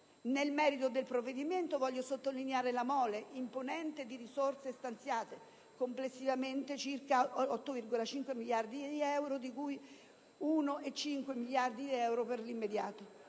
Nel merito del provvedimento, voglio sottolineare la mole imponente delle risorse stanziate, pari a circa 8,5 miliardi di euro complessivi, di cui 1,5 miliardi di euro per l'immediato.